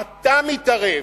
אתה מתערב,